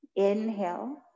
Inhale